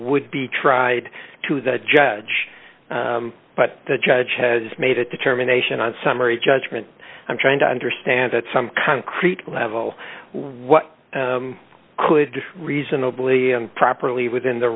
would be tried to the judge but the judge has made a determination on summary judgment i'm trying to understand that some concrete level what could reasonably and properly within the